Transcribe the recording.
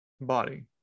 body